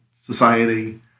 society